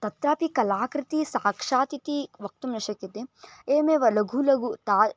तत्रापि कलाकृतिः साक्षातिति वक्तुं न शक्यते एवमेव लघु लघु ताः